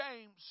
James